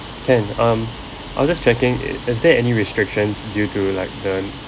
can um I was just checking i~ is there any restrictions due to like the